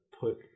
put